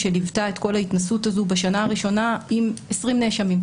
שליוותה את כל ההתנסות הזו בשנה הראשונה עם 20 נאשמים.